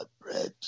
bread